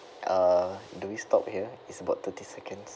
uh do we stop here is about thirty seconds